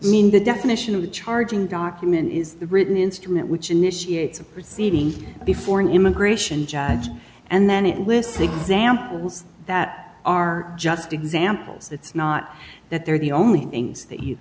in the definition of the charging document is the written instrument which initiates a proceeding before an immigration judge and then it lists examples that are just examples it's not that they're the only things that you